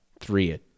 three